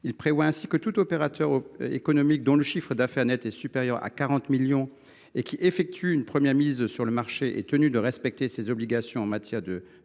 Il prévoit ainsi que tout opérateur économique dont le chiffre d’affaires net est supérieur à 40 millions d’euros et qui effectue une première mise sur le marché est tenu de respecter les obligations qui découlent de